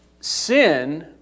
sin